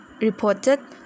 reported